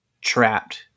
trapped